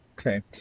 Okay